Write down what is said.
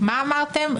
מה אמרתם?